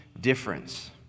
difference